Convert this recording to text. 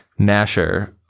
Nasher